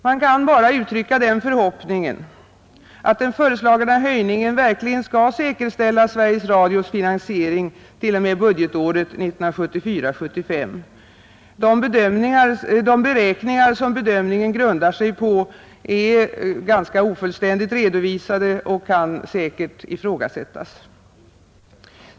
Man kan bara uttrycka en förhoppning att den föreslagna höjningen verkligen skall säkerställa Sveriges Radios finansiering t.o.m. budgetåret 1974/75. De beräkningar som bedömningen grundar sig på är ganska ofullständigt redovisade och kan på flera punkter ifrågasättas.